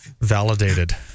validated